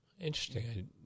Interesting